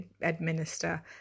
administer